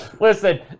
Listen